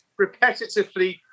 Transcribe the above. repetitively